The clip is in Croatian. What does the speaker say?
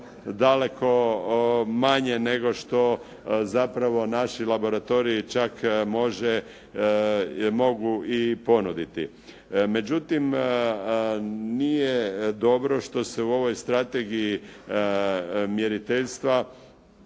daleko manje, nego što zapravo naši laboratoriji čak mogu i ponuditi. Međutim, nije dobro što se u ovoj Strategiji mjeriteljstva